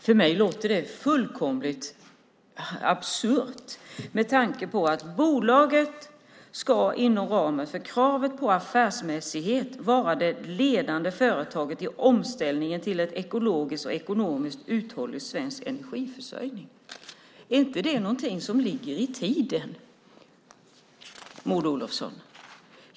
För mig låter det fullkomligt absurt med tanke på att bolaget inom ramen för kravet på affärsmässighet ska vara det ledande företaget i omställningen till en ekologiskt och ekonomiskt uthållig svensk energiförsörjning. Är inte det någonting som ligger i tiden, Maud Olofsson?